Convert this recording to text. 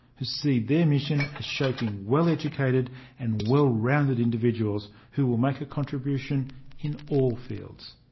who see their mission as shaping well-educated and well-rounded individuals who will make a contribution in all fields.